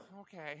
okay